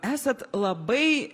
esat labai